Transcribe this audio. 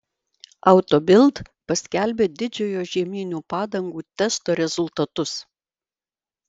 auto bild paskelbė didžiojo žieminių padangų testo rezultatus